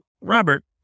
Robert